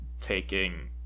taking